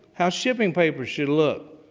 how shipping papers should look,